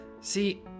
See